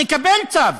נקבל צו,